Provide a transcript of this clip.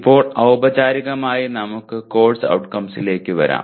ഇപ്പോൾ ഔപചാരികമായി നമുക്ക് കോഴ്സ് ഔട്ട്കംസിലേക്കു വരാം